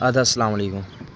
اَدٕ حظ اَسلامُ علیکُم